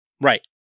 Right